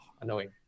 annoying